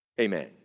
amen